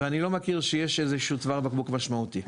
ואני לא מכיר שיש איזשהו צוואר בקבוק משמעותי.